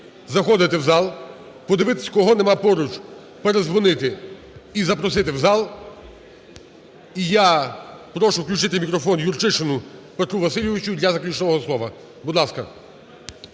заходити в зал, подивитись, кого немає поруч, передзвонити і запросити в зал. І я прошу включити мікрофон Юрчишину Петру Васильовичу для заключного слова. Будь ласка.